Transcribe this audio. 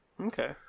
Okay